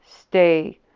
stay